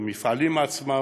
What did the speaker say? המפעלים עצמם,